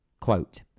Quote